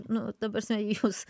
nu ta prasme jūs